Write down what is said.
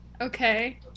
Okay